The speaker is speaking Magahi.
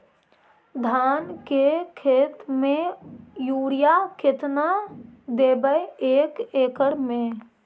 धान के खेत में युरिया केतना देबै एक एकड़ में?